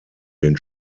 den